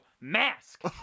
mask